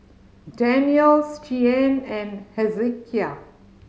Danyels Shianne and Hezekiah